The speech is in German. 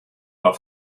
war